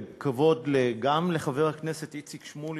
כבוד גם לחבר הכנסת איציק שמולי,